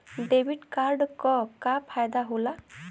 Debit card क का फायदा हो ला?